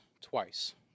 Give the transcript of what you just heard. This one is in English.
twice